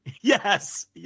Yes